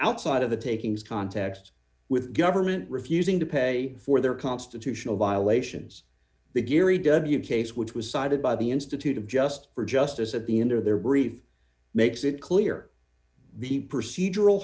outside of the takings context with government refusing to pay for their constitutional violations the gary w case which was cited by the institute of just for justice at the end of their brief makes it clear the procedural